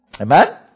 Amen